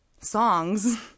songs